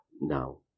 now